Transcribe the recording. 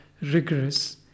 rigorous